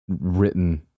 written